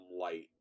light